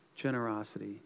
generosity